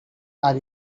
are